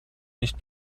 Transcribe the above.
nicht